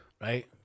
right